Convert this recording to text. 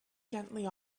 gently